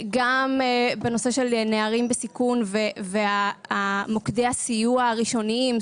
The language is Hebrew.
גם בנושא של נערים בסיכון ומוקדי הסיוע הראשוניים,